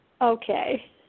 Okay